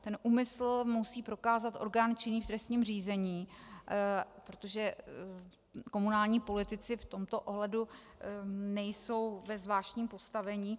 Ten úmysl musí prokázat orgán činný v trestním řízení, protože komunální politici v tomto ohledu nejsou ve zvláštním postavení.